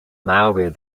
malware